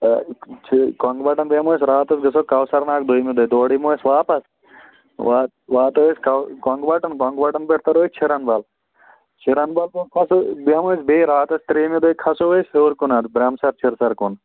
چھِ کۄنٛگوَٹن بیٚہمو أسۍ راتَس گَژھو کوثر ناگ دٔیمہِ دۄہہِ تورٕ یِمو أسۍ واپس وا واتو أسۍ کو کۄنٛگوَٹن کُن کۄنٛگوَٹن پٮ۪ٹھ تَرو أسۍ چھِرن بل چھِرن بل کھَسو بیٚہمو أسۍ بیٚیہِ راتَس ترٛیٚیمہِ دۄہہِ کھَسو أسۍ ہیوٚر کُنَتھ برٛیم سَر چھِر سر کُن